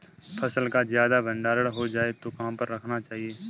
फसल का ज्यादा भंडारण हो जाए तो कहाँ पर रखना चाहिए?